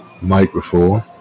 microphone